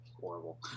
horrible